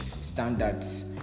standards